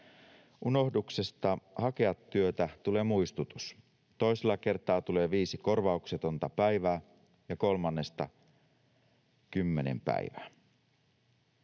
Unohduksesta hakea työtä tulee muistutus. Toisella kertaa tulee 5 korvauksetonta päivää ja kolmannella 10 päivää.